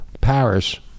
Paris